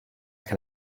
can